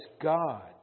God